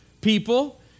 people